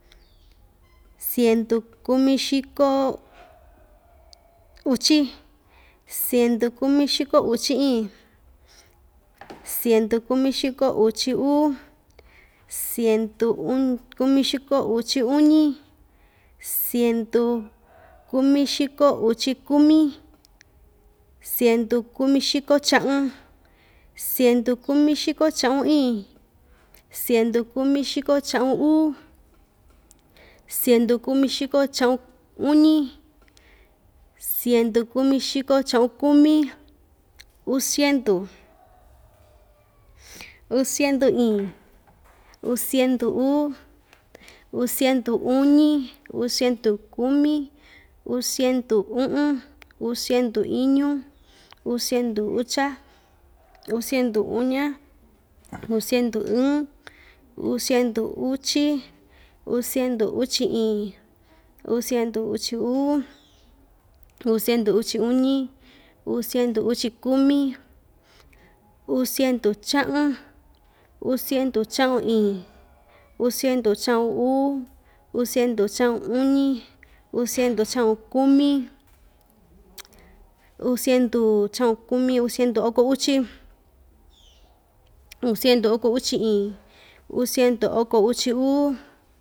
Siendu kumixiko uchi, siendu kumixiko uchi iin, siendu kumixiko uchi uu, siendu uñ kumixiko uchi uñi, siendu kumixiko uchi kumi, siendu kumixiko cha'un, siendu kumixiko cha'un iin, siendu kumixiko cha'un uu, siendu kumixiko cha'un uñi, siendu kumixiko cha'un kumi, uu siendu, uu siendu iin, uu siendu uu, uu siendu uñi, uu siendu kumi, uu siendu u'un, uu siendu iñu, uu siendu ucha, uu siendu uña, uu siendu ɨɨn, uu siendu uchi, uu siendu uchi iin, uu siendu uchi uu, uu siendu uchi uñi, uu siendu uchi kumi, uu siendu cha'un, uu siendu cha'un iin, uu siendu cha'un uu, uu siendu cha'un uñi, uu siendu cha'un kumi uu siendu cha'un kumi, uu siendu oko uchi, uu siendu oko uchi iin, uu siendu oko uchi uu.